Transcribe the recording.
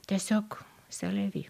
tiesiog cest la vie